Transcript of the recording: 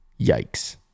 Yikes